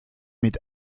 mit